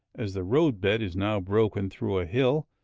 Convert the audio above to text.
as the road-bed is now broken through a hill,